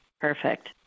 Perfect